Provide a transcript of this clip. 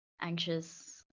anxious